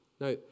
Now